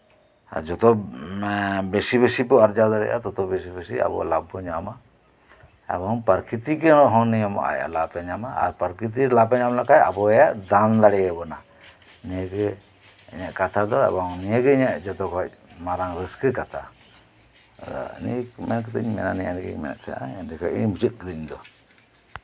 ᱡᱚᱛᱚ ᱵᱮᱥᱤ ᱵᱮᱥᱤ ᱵᱚᱱ ᱟᱨᱡᱟᱣ ᱫᱟᱲᱮᱭᱟᱜᱼᱟ ᱛᱚᱛᱚ ᱵᱮᱥᱤ ᱟᱵᱚ ᱞᱟᱵᱷ ᱵᱚᱱ ᱧᱟᱢᱟ ᱮᱵᱚᱝ ᱯᱨᱟᱠᱨᱤᱛᱤᱠ ᱨᱮᱭᱟᱜ ᱦᱚᱸ ᱞᱟᱵᱷ ᱮ ᱧᱟᱢᱟ ᱟᱨ ᱯᱨᱟᱠᱨᱤᱛᱤᱠ ᱞᱟᱵᱷ ᱮ ᱧᱟᱢ ᱞᱮᱠᱷᱟᱱ ᱟᱵᱚ ᱮ ᱫᱟᱱ ᱫᱟᱲᱮ ᱭᱟᱵᱚᱱᱟ ᱱᱤᱭᱟᱜᱮ ᱤᱧᱟᱹᱜ ᱠᱟᱛᱷᱟ ᱫᱚ ᱮᱵᱚᱝ ᱡᱚᱛᱚᱠᱷᱚᱡ ᱢᱟᱨᱟᱝ ᱨᱟᱹᱥᱠᱟᱹ ᱠᱟᱛᱷᱟ ᱱᱤᱭᱟᱹ ᱠᱚ ᱢᱮᱱ ᱠᱟᱛᱮᱫ ᱱᱤᱭᱟᱹ ᱠᱚᱧ ᱢᱮᱱ ᱮᱫ ᱛᱟᱸᱦᱮᱱᱟ ᱞᱟᱹᱭ ᱢᱩᱪᱟᱹᱫ ᱠᱮᱫᱟᱹ ᱤᱧ ᱫᱚ